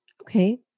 Okay